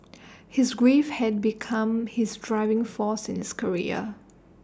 his grief had become his driving force in his career